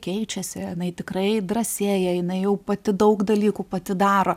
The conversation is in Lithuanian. keičiasi jinai tikrai drąsėja jinai jau pati daug dalykų pati daro